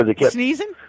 sneezing